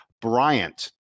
Bryant